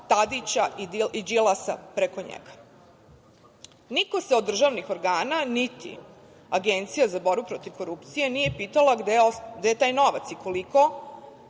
Tadića i Đilasa preko njega. Niko se od državnih organa, niti Agencija za borbu protiv korupcije nije pitala gde je taj novac i koliko